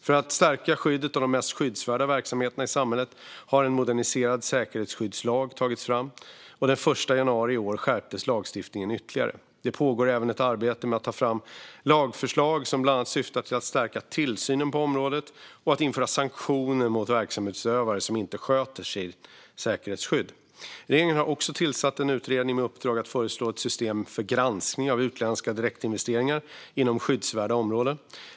För att stärka skyddet av de mest skyddsvärda verksamheterna i samhället har en moderniserad säkerhetsskyddslag tagits fram, och den 1 januari i år skärptes lagstiftningen ytterligare. Det pågår även ett arbete med att ta fram lagförslag som bland annat syftar till att stärka tillsynen på området och införa sanktioner mot verksamhetsutövare som inte sköter sitt säkerhetsskydd. Regeringen har också tillsatt en utredning med uppdrag att föreslå ett system för granskning av utländska direktinvesteringar inom skyddsvärda områden.